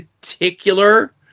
particular